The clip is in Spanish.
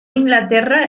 inglaterra